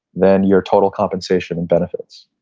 then your total compensation and benefits.